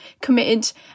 committed